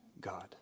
God